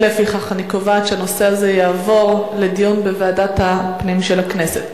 לפיכך אני קובעת שהנושא הזה יעבור לדיון בוועדת הפנים של הכנסת.